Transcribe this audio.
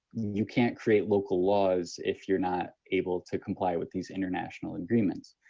you can't create local laws if you are not able to comply with these international agreements